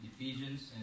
Ephesians